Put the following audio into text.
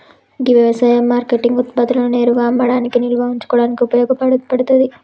గీ యవసాయ మార్కేటింగ్ ఉత్పత్తులను నేరుగా అమ్మడానికి నిల్వ ఉంచుకోడానికి ఉపయోగ పడతాది